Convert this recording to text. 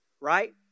right